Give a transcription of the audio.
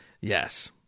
Yes